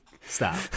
stop